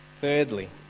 Thirdly